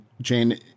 Jane